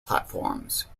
platforms